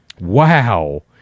Wow